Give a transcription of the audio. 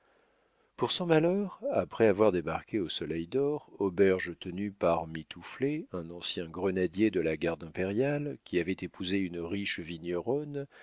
pour son malheur après avoir débarqué au soleil dor auberge tenue par mitouflet un ancien grenadier de la garde impériale qui avait épousé une riche vigneronne